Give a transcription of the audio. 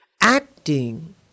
Acting